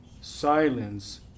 Silence